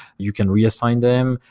you can reassign them,